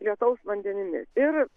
lietaus vandenimis ir